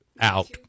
out